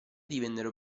divennero